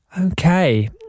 Okay